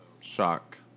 shock